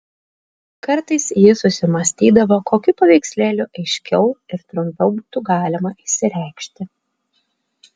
kartais jis susimąstydavo kokiu paveikslėliu aiškiau ir trumpiau būtų galima išsireikšti